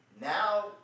now